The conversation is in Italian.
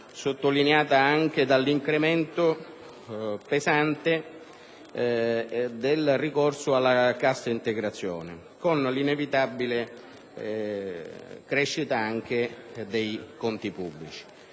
sottolineato anche dall'incremento pesante del ricorso alla cassa integrazione, con l'inevitabile crescita dei conti pubblici.